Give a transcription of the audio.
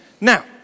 Now